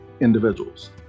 individuals